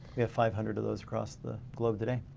we have five hundred of those across the globe today.